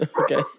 Okay